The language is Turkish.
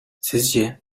sizce